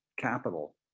capital